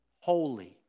holy